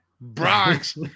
Bronx